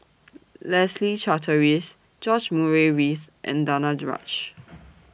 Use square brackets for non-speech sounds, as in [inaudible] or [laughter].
Leslie Charteris George Murray Reith and Danaraj [noise]